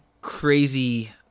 crazy